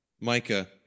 micah